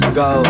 go